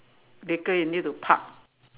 later you need to park